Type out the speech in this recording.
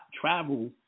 Travel